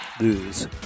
lose